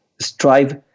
strive